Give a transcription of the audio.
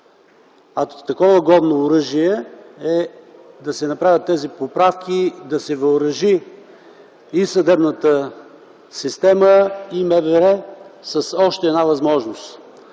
а такова годно оръжие е да се направят тези поправки, да се въоръжи и съдебната система, и МВР с още една възможност.